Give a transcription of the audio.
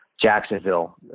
Jacksonville